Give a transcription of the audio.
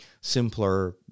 simpler